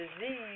disease